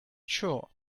sure